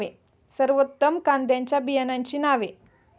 सर्वोत्तम कांद्यांच्या बियाण्यांची नावे?